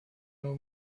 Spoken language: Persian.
اون